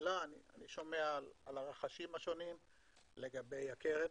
שומע על הרחשים השונים לגבי הקרן.